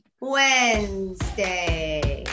Wednesday